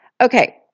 Okay